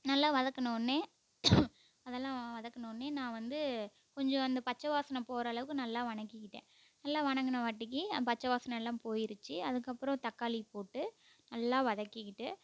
நல்லா வதக்கின ஒடனே அதெல்லாம் வதக்கின ஒடனே நான் வந்து கொஞ்சம் இந்த பச்சை வாசனை போகிற அளவுக்கு நல்லா வணக்கிக்கிட்டேன் நல்லா வணங்குனவாட்டிக்கு அ பச்சை வாசனை எல்லாம் போயிருச்சு அதுக்கப்புறம் தக்காளியை போட்டு நல்லா வதக்கிக்கிட்டு